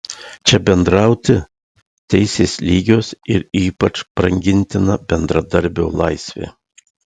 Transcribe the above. čia bendrauti teisės lygios ir ypač brangintina bendradarbio laisvė